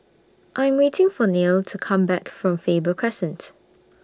I'm waiting For Neil to Come Back from Faber Crescent